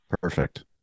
Perfect